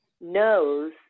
knows